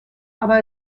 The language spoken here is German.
aber